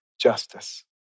justice